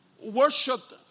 worshipped